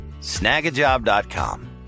Snagajob.com